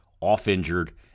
off-injured